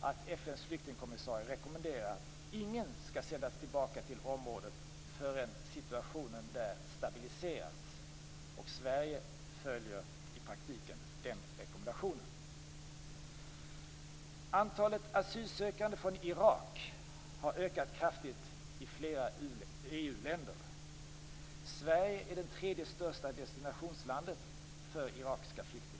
att FN:s flyktingkommissarie rekommenderat att ingen skall sändas tillbaka till området förrän situationen där har stabiliserats. Sverige följer i praktiken den rekommendationen. Antalet asylsökande från Irak har ökat kraftigt i flera EU-länder. Sverige är det tredje största destinationslandet för irakiska flyktingar.